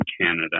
Canada